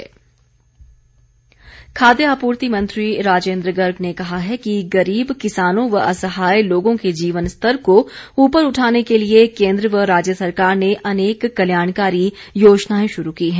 राजेन्द्र गर्ग खाद्य आपूर्ति मंत्री राजेन्द्र गर्ग ने कहा है कि गरीब किसानों व असहाय लोगों के जीवन स्तर को ऊपर उठाने के लिए केन्द्र व राज्य सरकार ने अनेक कल्याणकारी योजनाएं शुरू की हैं